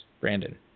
Brandon